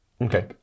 okay